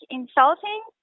insulting